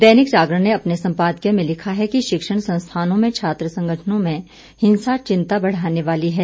दैनिक जागरण ने अपने संपादकीय में लिखा है कि शिक्षण संस्थानों में छात्र संगठनों में हिंसा चिंता बढ़ाने वाली है